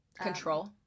Control